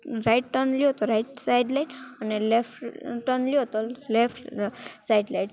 right turn લો તો right side light અને લેફ્ટ ટર્ન લો તો લેફ્ટ સાઈડ લાઇટ